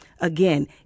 Again